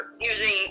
using